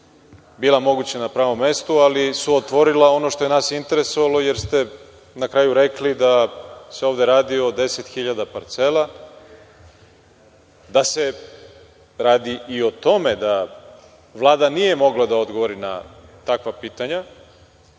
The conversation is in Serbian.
bila moguća na pravom mestu, ali su otvorila ono što je nas interesovalo, jer ste na kraju rekli da se ovde radi o deset hiljada parcela. Da se radi i o tome da Vlada nije mogla da odgovori na takva pitanja.